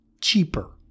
cheaper